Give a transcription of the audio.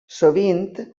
sovint